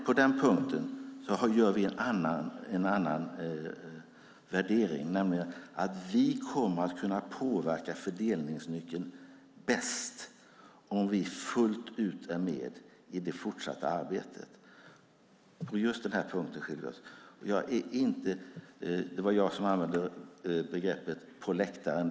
På den punkten gör vi en annan värdering, nämligen att vi kommer att kunna påverka fördelningsnyckeln bäst om vi fullt ut är med i det fortsatta arbetet. På just den punkten skiljer vi oss åt. Det var jag som använde begreppet "på läktaren".